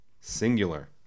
singular